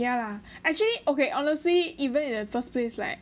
yeah lah actually okay honestly even in first place leh